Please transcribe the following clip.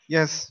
Yes